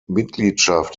mitgliedschaft